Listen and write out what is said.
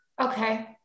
okay